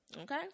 Okay